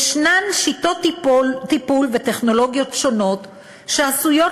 ישנן שיטות טיפול וטכנולוגיות שונות שעשויות